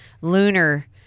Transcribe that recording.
lunar